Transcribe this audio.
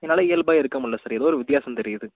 என்னால் இயல்பாக இருக்க முடில சார் எதோ ஒரு வித்தியாசம் தெரியுது